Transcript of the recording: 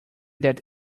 that